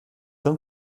d’un